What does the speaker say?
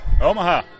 Omaha